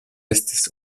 estis